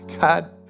God